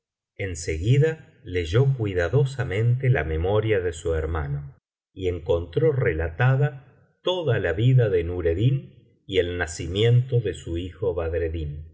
seguida leyó cuidadosamente la memoria de su hermano y encontró relatada toda la vida de jstureddin y el nacimiento de su hijo badreddin y